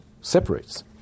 separates